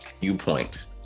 viewpoint